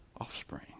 offspring